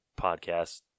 podcast